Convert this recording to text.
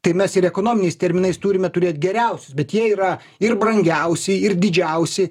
tai mes ir ekonominiais terminais turime turėt geriausius bet jie yra ir brangiausi ir didžiausi